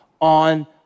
on